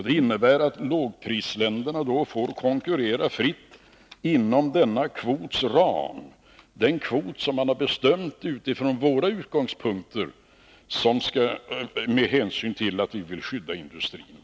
Det innebär att lågprisländerna då får konkurrera fritt inom denna kvots ram, och det är en kvot som man har bestämt utifrån våra utgångspunkter med hänsyn till att vi vill skydda industrin.